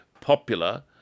popular